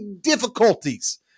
difficulties